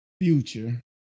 future